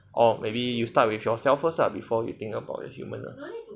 or maybe you start with yourself ah before you think about the human